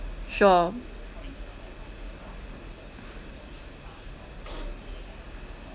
sure